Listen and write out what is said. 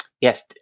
yes